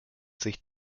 sich